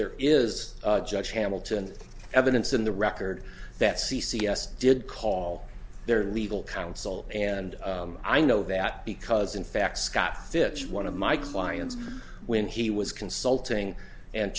there is judge hamilton evidence in the record that c c s did call their legal counsel and i know that because in fact scott fish one of my clients when he was consulting and